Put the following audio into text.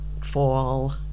fall